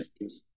yes